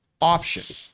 option